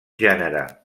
gènere